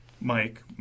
Mike